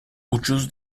ucuz